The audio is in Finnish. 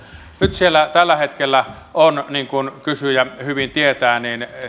tällä hetkellä siellä on niin kuin kysyjä hyvin tietää